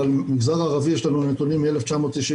על המגזר הערבי יש לנו נתונים מ-1998,